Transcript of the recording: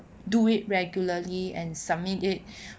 do it regularly and submit it